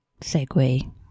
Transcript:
segue